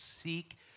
seek